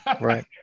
Right